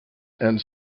and